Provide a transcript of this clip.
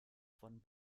von